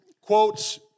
quotes